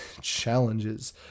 challenges